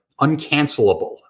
uncancelable